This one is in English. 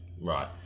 right